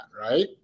right